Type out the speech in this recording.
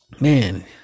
Man